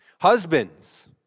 Husbands